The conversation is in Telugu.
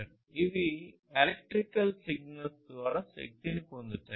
ఇవి ఎలక్ట్రికల్ సిగ్నల్స్ ద్వారా శక్తిని పొందుతాయి